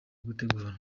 gutegura